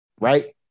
right